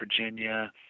Virginia